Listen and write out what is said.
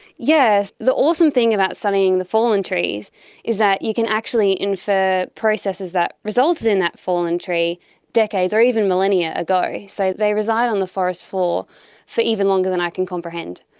yes, the awesome thing about studying the fallen trees is that you can actually infer processes that resulted in that fallen tree decades or even millennia ago. so they reside on the forest floor for even longer than i can comprehend.